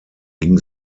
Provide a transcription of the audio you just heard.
ging